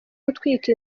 gutwika